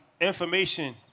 information